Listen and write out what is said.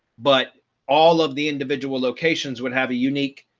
but all of the individual locations would have a unique